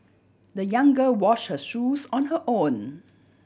the young girl wash her shoes on her own